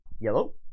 yellow